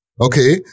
okay